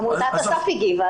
עמותת --- הגיבה.